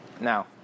Now